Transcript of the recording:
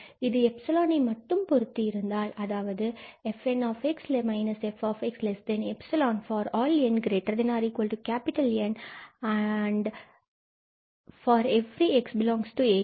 இது எப்சலான் மட்டும் பொருத்து இருந்தால் அதாவது |𝑓𝑛𝑥−𝑓𝑥|𝜖 for all 𝑛≥𝑁𝜖 and ∀ 𝑥∈𝑎𝑏